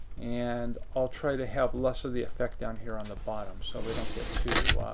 and i'll try to have less of the effect down here on the bottom so we don't get too